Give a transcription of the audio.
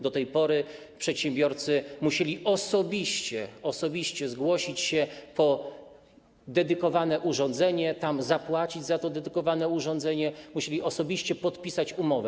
Do tej pory przedsiębiorcy musieli osobiście zgłosić się po dedykowane urządzenie, tam zapłacić za to dedykowane urządzenie, musieli osobiście podpisać umowę.